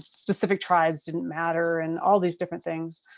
specific tribes didn't matter and all these different things.